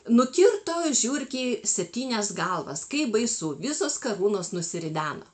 nukirto žiurkei septynias galvas kaip baisu visos karūnos nusirideno